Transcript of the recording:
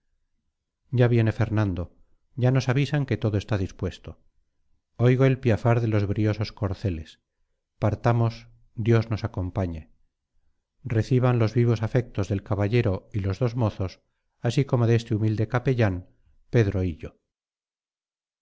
ya viene fernando ya nos avisan que todo está dispuesto oigo el piafar de los briosos corceles partamos dios nos acompañe reciban los vivos afectos del caballero y los dos mozos así como de este humilde capellán pedro